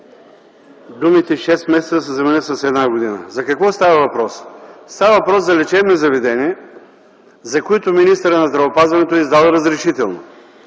думите „шест месеца” да се заменят с „една година”. За какво става въпрос? Става въпрос за лечебни заведения, за които министърът на здравеопазването издава разрешително.